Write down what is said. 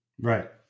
right